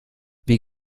wie